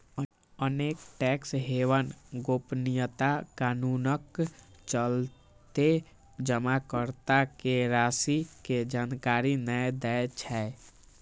अनेक tax haven गोपनीयता कानूनक चलते जमाकर्ता के राशि के जानकारी नै दै छै